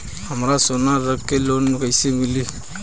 हमरा सोना रख के लोन कईसे मिली?